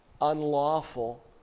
unlawful